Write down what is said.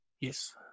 Yes